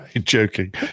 joking